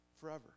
forever